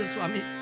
Swami